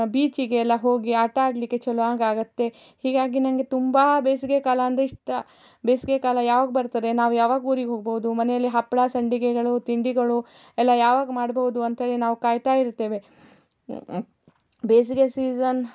ಬೀಚಿಗೆ ಎಲ್ಲ ಹೋಗಿ ಆಟಾಡಲಿಕ್ಕೆ ಚೆನ್ನಾಗಾಗತ್ತೆ ಹೀಗಾಗಿ ನನಗೆ ತುಂಬ ಬೇಸಿಗೆ ಕಾಲ ಅಂದರೆ ಇಷ್ಟ ಬೇಸಿಗೆ ಕಾಲ ಯಾವಾಗ ಬರ್ತದೆ ನಾವು ಯಾವಾಗ ಊರಿಗೆ ಹೋಗ್ಬೋದು ಮನೆಯಲ್ಲಿ ಹಪ್ಪಳ ಸಂಡಿಗೆಗಳು ತಿಂಡಿಗಳು ಎಲ್ಲ ಯಾವಾಗ ಮಾಡಬಹುದು ಅಂತೇಳಿ ನಾವು ಕಾಯ್ತಾ ಇರ್ತೇವೆ ಬೇಸಿಗೆ ಸೀಸನ್